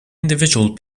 individual